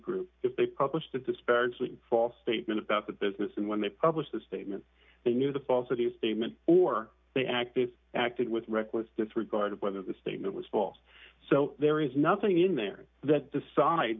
group if they published a disparaging false statement about the business and when they published the statement they knew the falsity statement or they acted acted with reckless disregard of whether the statement was false so there is nothing in there that decide